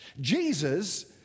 Jesus